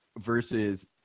versus